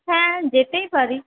হ্যাঁ যেতেই পারি